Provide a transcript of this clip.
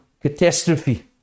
catastrophe